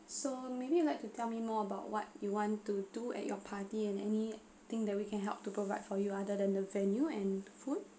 so maybe you would like to tell me more about what you want to do at your party and anything that we can help to provide for you other than the venue and food